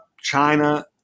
China